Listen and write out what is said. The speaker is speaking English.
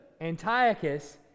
Antiochus